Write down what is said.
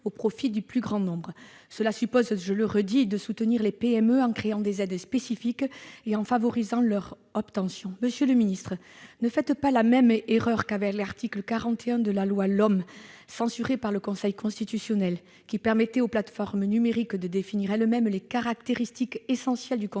au profit du plus grand nombre. Cela suppose, je le redis, de soutenir les PME en créant des aides spécifiques et en favorisant leur obtention. Monsieur le ministre, le Gouvernement ne doit pas faire la même erreur qu'avec l'article 41 de la loi d'orientation des mobilités, censuré par le Conseil constitutionnel, qui permettait aux plateformes numériques de définir elles-mêmes les caractéristiques essentielles du contrat de travail.